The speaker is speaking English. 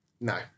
No